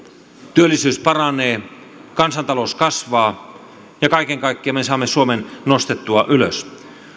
työllisyys paranee kansantalous kasvaa ja kaiken kaikkiaan me saamme suomen nostettua ylös